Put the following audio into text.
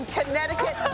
Connecticut